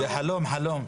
זה חלום, חלום.